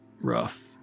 rough